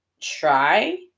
try